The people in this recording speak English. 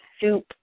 soup